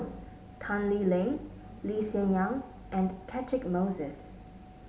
Tan Lee Leng Lee Hsien Yang and Catchick Moses